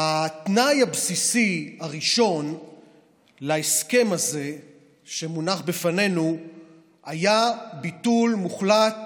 התנאי הבסיסי הראשון להסכם הזה שמונח בפנינו היה ביטול מוחלט